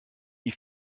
die